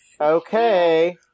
Okay